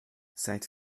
seit